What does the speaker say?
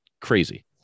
crazy